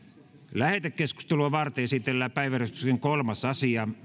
lähetekeskustelua varten esitellään päiväjärjestyksen kolmas asia